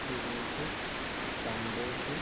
Suresh Santhosh